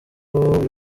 buri